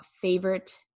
favorite